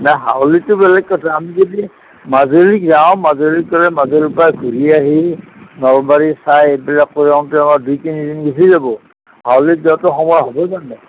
নাই হাউলিটো বেলেগ কথা আমি যদি মাজুলীত যাওঁ মাজুলীত গ'লে মাজুলীৰ পৰা ঘূৰি আহি নলবাৰী চাই এইবিলাক ৰওঁতে ৰওঁতে দুই তিনি দিন গুচি যাব হাউলিত যোৱাতো সময় হ'ব জানো